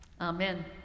Amen